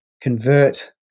convert